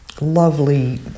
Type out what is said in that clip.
lovely